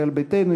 ישראל ביתנו,